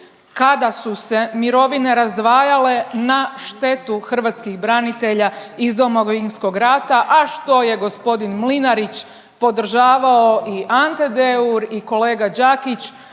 kada su se mirovine razdvajale na štetu hrvatskih branitelja iz Domovinskog rata, a što je gospodin Mlinarić podržavao i Ante Deur i kolega Đakić